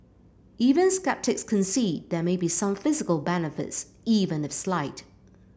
even sceptics concede there may be some physical benefits even if slight